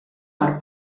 per